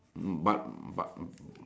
um but but